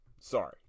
Sorry